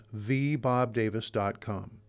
thebobdavis.com